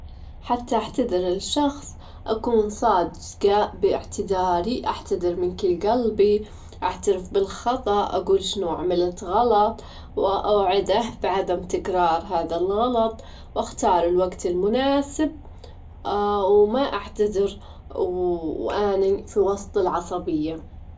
أول شي حتى تستبدلين المصباح الكهربي اللمبة، افصلي الكهربا عن اللمبة، بعدين خدي اللمبة الجديمة ولفيها بعكس عقارب الساعة، وركبي المصباح اليديد بنفس الطريقة، واتأكدي إنها متبتة بشكل تام قبل ماتعيدين تشغيل الكهربا.